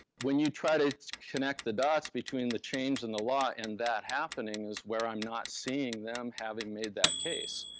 when you try to connect the dots between the change in the law and that happening is where i'm not seeing them having made that case.